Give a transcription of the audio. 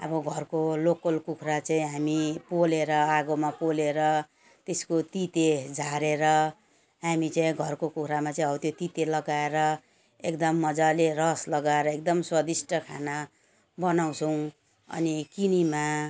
अब घरको लोकल कुखुरा चाहिँ हामी पोलेर आगोमा पोलेर त्यसको तिते झारेर हामी चाहिँ घरको कुखुरामा हौ त्यो तिते लगाएर एकदम मजाले रस लगाएर एकदम स्वादिष्ट खाना बनाउँछौँ अनि किनेमा